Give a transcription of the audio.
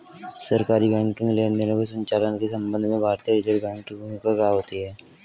सरकारी बैंकिंग लेनदेनों के संचालन के संबंध में भारतीय रिज़र्व बैंक की भूमिका क्या होती है?